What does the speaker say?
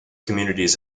communities